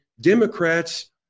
Democrats